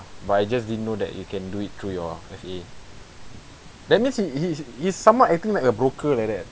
but I just didn't know that you can do it through your F_A that means he he he's somewhat acting like a broker like that